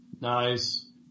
Nice